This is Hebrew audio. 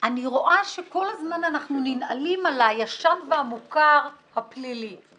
אני רואה שכל הזמן אנחנו ננעלים על הישן והמוכר הפלילי.